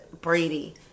Brady